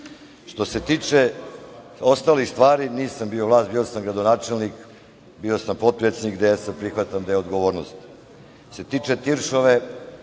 se tiče ostalih stvari, nisam bio vlast, bio sam gradonačelnik. Bio sam potpredsednik DS i prihvatam deo odgovornosti. Što se tiče Tiršove,